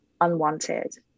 unwanted